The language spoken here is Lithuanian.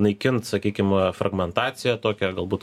naikint sakykim fragmentaciją tokia galbūt